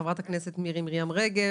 חברת הכנסת מירי מרים רגב,